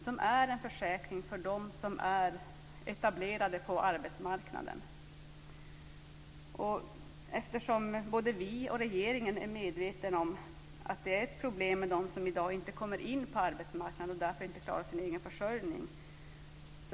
Det är en försäkring för dem som är etablerade på arbetsmarknaden. Både vi och regeringen är medvetna om att det är ett problem med dem som i dag inte kommer in på arbetsmarknaden och därför inte klarar sin egen försörjning.